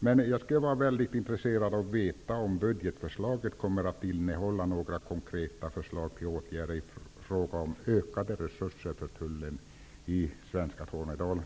Det skulle vara intressant att få veta om budgetförslaget kommer att innehålla några konkreta förslag till åtgärder i fråga om ökade resurser till Tullen i svenska Tornedalen.